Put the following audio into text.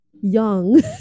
young